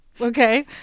Okay